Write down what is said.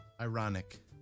Ironic